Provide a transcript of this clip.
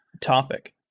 topic